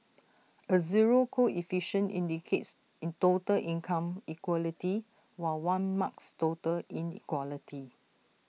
A zero coefficient indicates total income equality while one marks total inequality